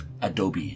adobe